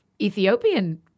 Ethiopian